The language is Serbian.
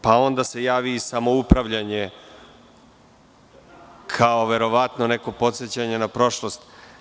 Pa, onda se javi i samoupravljanje kao, verovatno, neko podsećanje na prošlost.